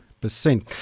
percent